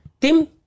Tim